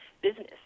business